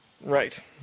Right